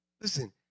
Listen